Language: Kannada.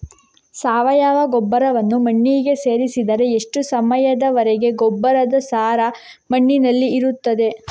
ಸಾವಯವ ಗೊಬ್ಬರವನ್ನು ಮಣ್ಣಿಗೆ ಸೇರಿಸಿದರೆ ಎಷ್ಟು ಸಮಯದ ವರೆಗೆ ಗೊಬ್ಬರದ ಸಾರ ಮಣ್ಣಿನಲ್ಲಿ ಇರುತ್ತದೆ?